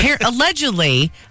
allegedly